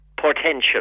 potential